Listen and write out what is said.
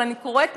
אבל אני קוראת,